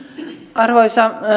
arvoisa